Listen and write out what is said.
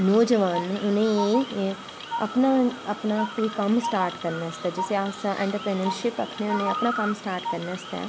नोजवान न उनें अपना अपना कोई कम्म स्टार्ट करनै आस्तै जिसी अस इट्रप्रनेओरशिप आक्खने होने अपना कम्म स्टार्ट करनै आस्तै